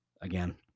again